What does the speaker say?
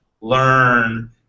learn